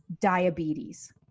diabetes